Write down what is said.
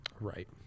Right